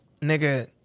nigga